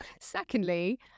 secondly